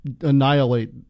annihilate